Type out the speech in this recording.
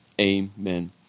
Amen